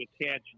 attach